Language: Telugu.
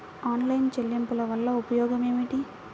ఆన్లైన్ చెల్లింపుల వల్ల ఉపయోగమేమిటీ?